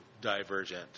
divergent